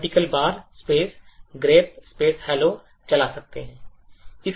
grep hello चला सकते है